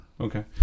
okay